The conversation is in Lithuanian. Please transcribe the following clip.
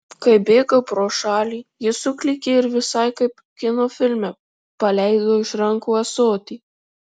kai bėgau pro šalį ji suklykė ir visai kaip kino filme paleido iš rankų ąsotį